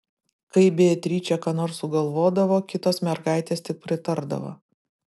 kai beatričė ką nors sugalvodavo kitos mergaitės tik pritardavo